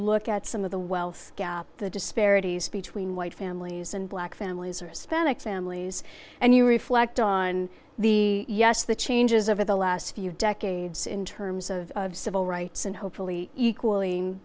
look at some of the wealth gap the disparities between white families and black families or spandex families and you reflect on the yes the changes over the last few decades in terms of civil rights and hopefully equal